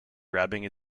grabbing